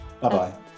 Bye-bye